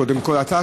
קודם כול: אתה,